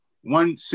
one